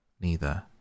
Neither